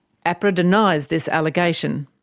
ahpra denies this allegation,